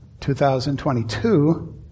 2022